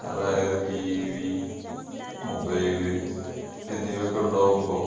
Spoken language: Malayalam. അതായത് ടീ വി മൊബൈല് എന്നിവയൊക്കെ ഉണ്ടാകുമ്പോൾ